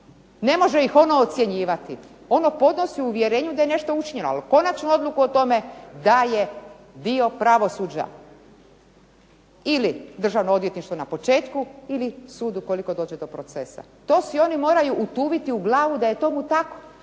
ne može ih ona ocjenjivati. Ono podnosi u uvjerenju da je nešto učinjeno. Ali konačnu odluku o tome daje dio pravosuđa. Ili Državno odvjetništvo na početku ili sudu ukoliko dođe do procesa. To si oni moraju utuviti u glavu da je tomu tako.